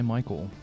Michael